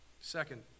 Second